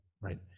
right